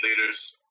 leaders